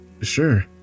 Sure